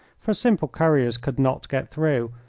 for simple couriers could not get through,